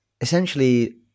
essentially